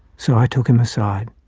so i took him aside.